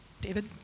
David